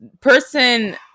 person